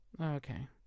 okay